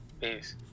Peace